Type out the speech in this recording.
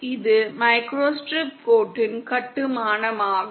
இது மைக்ரோஸ்ட்ரிப் கோட்டின் கட்டுமானமாகும்